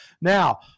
Now